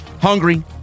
Hungry